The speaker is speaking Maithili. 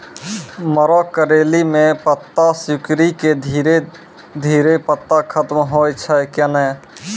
मरो करैली म पत्ता सिकुड़ी के धीरे धीरे पत्ता खत्म होय छै कैनै?